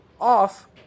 off